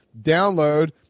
download